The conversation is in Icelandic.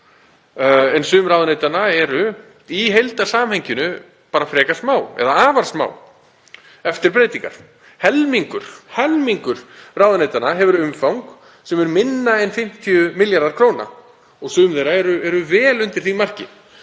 kr. Sum ráðuneytanna eru í heildarsamhenginu frekar smá eða afar smá eftir breytingar. Helmingur ráðuneytanna hefur umfang sem er minna en 50 milljarðar kr. og sum þeirra eru vel undir því marki.